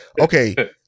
okay